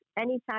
anytime